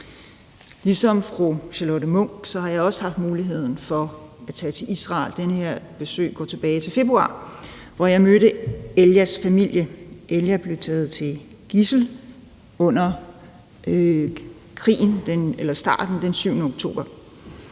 Ligesom fru Charlotte Munch har jeg også haft muligheden for at tage til Israel. Det her besøg går tilbage til februar, hvor jeg mødte Elias familie. Elia blev taget som gidsel under starten på krigen den 7. oktober.